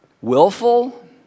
willful